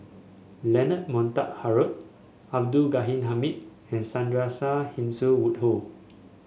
Leonard Montague Harrod Abdul Ghani Hamid and Sandrasegaran Woodhull